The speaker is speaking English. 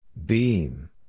Beam